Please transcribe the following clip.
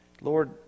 Lord